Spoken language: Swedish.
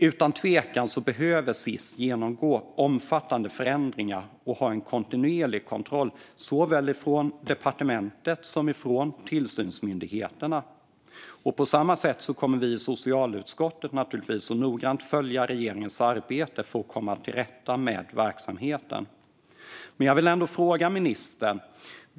Utan tvekan behöver Sis genomgå omfattande förändringar och ha kontinuerlig kontroll från såväl departement som tillsynsmyndigheter. Socialutskottet kommer givetvis att noggrant följa regeringens arbete för att komma till rätta med verksamheten.